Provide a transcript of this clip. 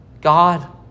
God